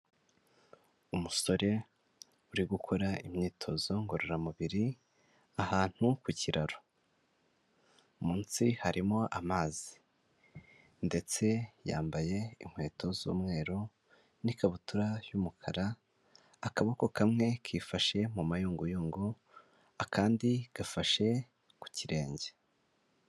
Umusore uri gukora imyitozo ngororamubiri ahantu ku kiraro, munsi harimo amazi, ndetse yambaye inkweto z'umweru n'ikabutura y'umukara, akaboko kamwe kifashe mu mayunguyungu akandi gafashe ku kirenge.